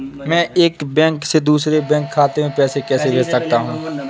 मैं एक बैंक से दूसरे बैंक खाते में पैसे कैसे भेज सकता हूँ?